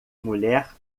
mulher